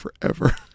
forever